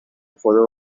خدا